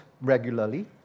regularly